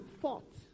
fought